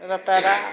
रतारा